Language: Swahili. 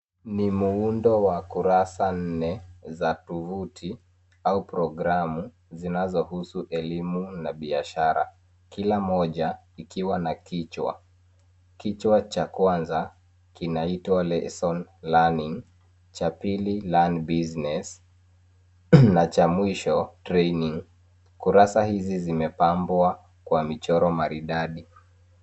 Ni muundo wa kurasa nne za tovuti au programu zinazohusu elimu na biashara kila moja ikiwa na kichwa. Kichwa cha kwanza kinaitwa lesson learning cha pili learn business na cha mwisho training . Kurasa hizi zimepangwa kwa michoro maridadi.